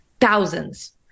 thousands